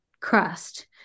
crust